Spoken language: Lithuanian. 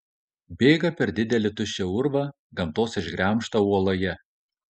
bėga per didelį tuščią urvą gamtos išgremžtą uoloje